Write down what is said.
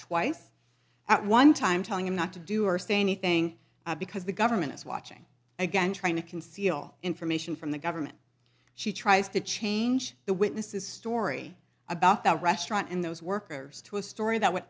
twice at one time telling him not to do or say anything because the government is watching again trying to conceal information from the government she tries to change the witnesses story about that restaurant in those workers to a story that